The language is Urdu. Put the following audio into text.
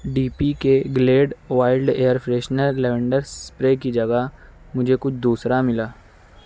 ڈی پی کے Glade wild air freshener lavender spray کی جگہ مجھے کچھ دوسرا ملا